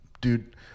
Dude